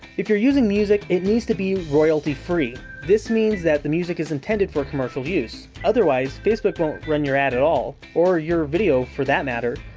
if you're using music, it needs to be royalty free. this means that the music is intended for commercial use. otherwise, facebook won't run your ad at all or your video for that matter.